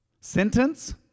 Sentence